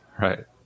Right